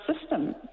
system